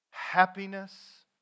Happiness